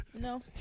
No